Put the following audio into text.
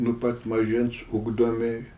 nuo pat mažens ugdomi